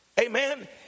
Amen